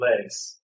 place